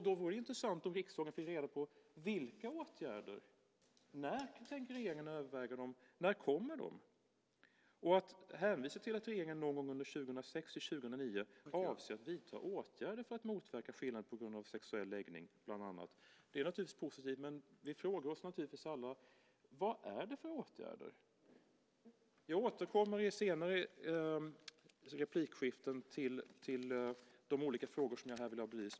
Då vore det intressant och viktigt om vi fick reda på vilka åtgärder: När tänker regeringen överväga dem? När kommer de? Att hänvisa till att regeringen någon gång 2006-2009 avser att vidta åtgärder för att motverka skillnader på grund av sexuell läggning bland annat är naturligtvis positivt, men vi frågar oss alla: Vad är det för åtgärder? Jag återkommer i senare inlägg till de olika frågor som jag här vill ha belysta.